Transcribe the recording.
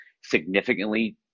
significantly